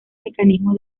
mecanismo